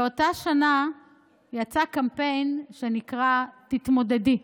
באותה שנה יצא קמפיין שנקרא "תתמודדי".